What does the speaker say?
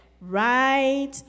right